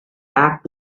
back